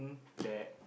that